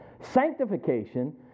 Sanctification